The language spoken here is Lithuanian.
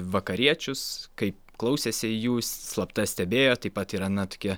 vakariečius kaip klausėsi jų slapta stebėjo taip pat yra na tokie